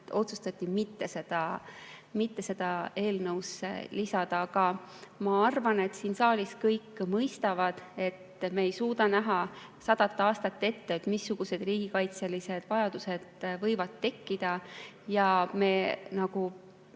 Otsustati mitte seda eelnõusse lisada. Ma arvan, et siin saalis kõik mõistavad, et me ei suuda näha sadat aastat ette, missugused riigikaitselised vajadused võivad tekkida, ja me peame